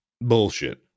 Bullshit